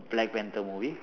black panther movie